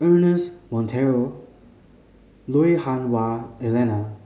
Ernest Monteiro Lui Hah Wah Elena